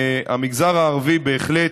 המגזר הערבי בהחלט,